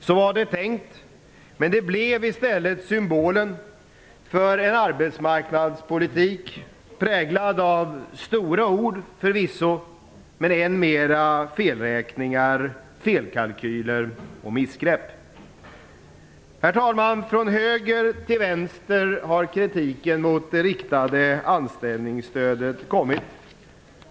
Så var det tänkt, men det blev i stället symbolen för en arbetsmarknadspolitik präglad av stora ord förvisso, men än mer av felräkningar, felkalkyler och missgrepp. Herr talman! Från höger till vänster har kritiken mot det riktade anställningsstödet kommit.